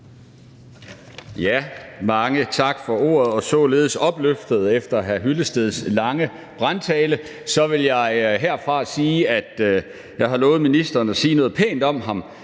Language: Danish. af. Mange tak for ordet, og således opløftet efter hr. Henning Hyllesteds lange brandtale vil jeg herfra sige, at jeg har lovet ministeren at sige noget pænt om ham,